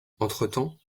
entretemps